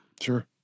sure